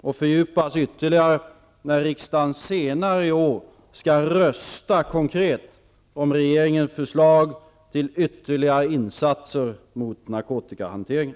och fördjupas ytterligare när riksdagen senare i år skall rösta om regeringens förslag till ytterligare insatser mot narkotikahanteringen.